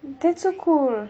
that's so cool